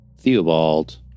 Theobald